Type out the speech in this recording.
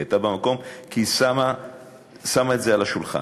היא הייתה במקום כי היא שמה את זה על השולחן.